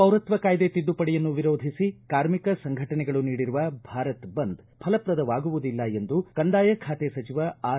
ಪೌರತ್ವ ಕಾಯ್ದೆ ತಿದ್ದುಪಡಿಯನ್ನು ವಿರೋಧಿಸಿ ಕಾರ್ಮಿಕ ಸಂಘಟನೆಗಳು ನೀಡಿರುವ ಭಾರತ್ ಬಂದ್ ಫಲಪ್ರದವಾಗುವುದಿಲ್ಲ ಎಂದು ಕಂದಾಯ ಸಚಿವ ಆರ್